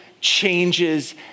changes